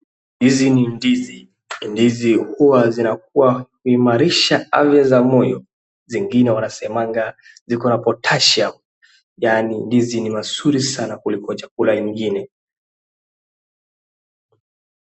Hizi ni ndizi. Ndizi huwa zinakuwa huimarisha afya za moyo. Zingine wanasemaga zikona potassium yaani ndizi ni mazuri sana kuliko chakula ingine.